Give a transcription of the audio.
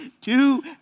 two